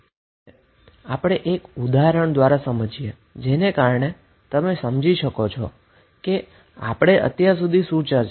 હવે આપણે એક ઉદાહરણ લઈએ જેને કારણે તમે સમજી શકો કે આપણે અત્યાર સુધી શું ચર્ચા કરી